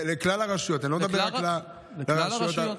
לכלל הרשויות, אני לא מדבר רק על, לכלל הרשויות.